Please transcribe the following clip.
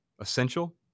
essential